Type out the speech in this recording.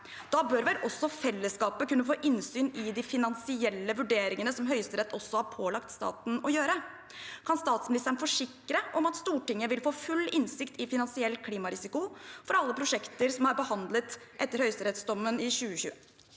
Da bør vel også fellesskapet kunne få innsyn i de finansielle vurderingene som Høyesterett har pålagt staten å gjøre? Kan statsministeren forsikre om at Stortinget vil få full innsikt i finansiell klimarisiko for alle prosjekter som er behandlet etter høyesterettsdommen i 2020?